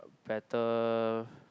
better